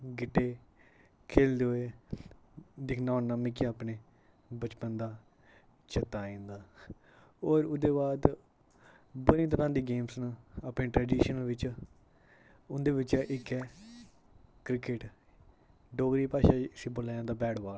गीह्टे खेल्लदे दिक्खना होना मिगी अपने बचपन दा चेता आई जंदा होर ओह्दे बाद बड़ी तरह दियां गेम्स न अपने ट्रडीशन बिच उंदे बिच्चा इक्क ऐ क्रिकेट डोगरी भाशा च इसी बुलाया जंदा बैट बॉल